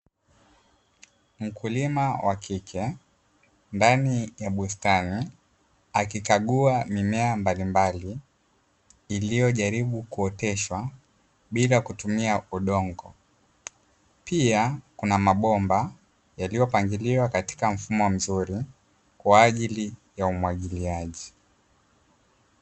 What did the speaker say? Mkulima wa kike ndani ya bustani, akikagua mimea mbalimbali iliyojaribu kuoteshwa bila kutumia udongo pia kuna mabomba yaliyopangiliwa katika mfumo mzuri kwaajili ya umwagiliaji.